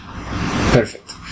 Perfect